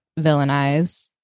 villainize